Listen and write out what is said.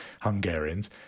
Hungarians